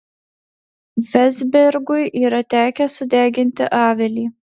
vezbergui yra tekę sudeginti avilį